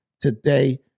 today